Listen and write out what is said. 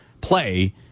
play